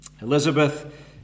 Elizabeth